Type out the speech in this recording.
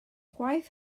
gwaith